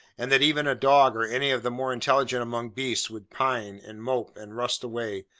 and that even a dog or any of the more intelligent among beasts, would pine, and mope, and rust away,